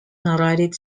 narrated